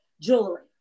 jewelry